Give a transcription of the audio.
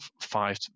five